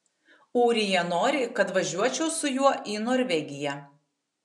ūrija nori kad važiuočiau su juo į norvegiją